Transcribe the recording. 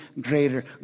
greater